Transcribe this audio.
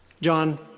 John